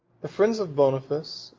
the friends of boniface,